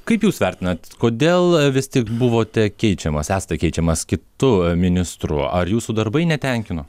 kaip jūs vertinat kodėl vis tik buvote keičiamas esate keičiamas kitu ministru ar jūsų darbai netenkino